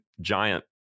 giant